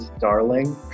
darling